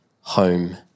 home